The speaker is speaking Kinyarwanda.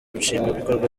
nshingwabikorwa